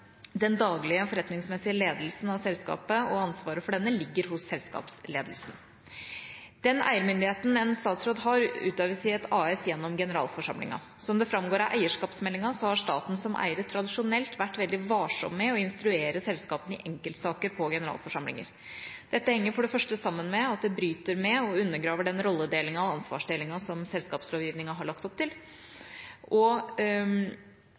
den daglige og forretningsmessige ledelsen av selskapet og ansvaret for denne ligger hos selskapsledelsen. Den eiermyndigheten en statsråd har, utøves i et AS gjennom generalforsamlingen. Som det framgår av eierskapsmeldinga, har staten som eier tradisjonelt vært veldig varsom med å instruere selskapene i enkeltsaker på generalforsamlinger. Dette henger for det første sammen med at det bryter med og undergraver den rolledelingen og ansvarsdelingen som selskapslovgivningen har lagt opp til.